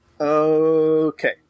Okay